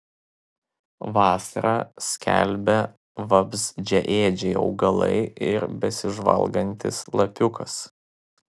vasarą skelbia vabzdžiaėdžiai augalai ir besižvalgantis lapiukas